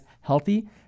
healthy